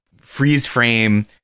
freeze-frame